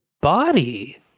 body